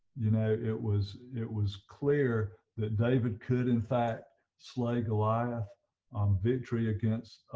you know it was it was clear that david could in fact slay goliath on victory against